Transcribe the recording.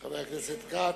חבר הכנסת כץ,